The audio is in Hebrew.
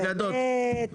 אגדות,